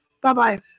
Bye-bye